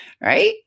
Right